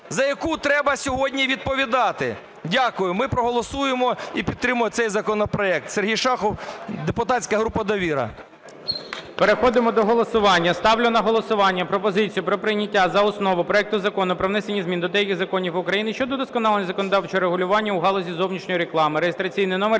за яку треба сьогодні відповідати. Дякую. Ми проголосуємо і підтримаємо цей законопроект. Сергій Шахов, депутатська група "Довіра". ГОЛОВУЮЧИЙ. Переходимо до голосування. Ставлю на голосування пропозицію про прийняття за основу проекту Закону про внесення змін до деяких законів України щодо удосконалення законодавчого регулювання у галузі зовнішньої реклами (реєстраційний номер